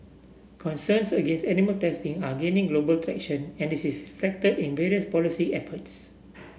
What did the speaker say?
concerns against animal testing are gaining global traction and this is reflected in various policy efforts